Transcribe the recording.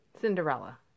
Cinderella